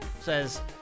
Says